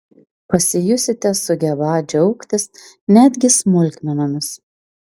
pasijusite sugebą džiaugtis netgi smulkmenomis